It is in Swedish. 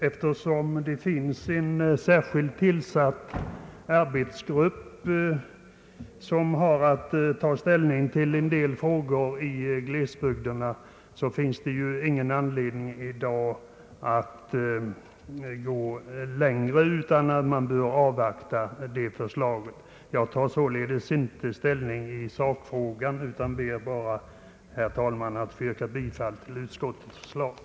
Eftersom det finns en särskilt tillsatt arbetsgrupp — som har att ta ställning till en del frågor angående glesbygderna — där även den nu debatterade frågan kommer in i bilden, finns det ingen anledning i dag att gå längre, utan man bör avvakta det resultat denna arbetsgrupp kommer till. Jag tar således inte ställning i sakfrågan utan ber endast, herr talman, att få yrka bifall till utskottets hemställan.